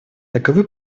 таковы